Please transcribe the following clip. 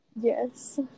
Yes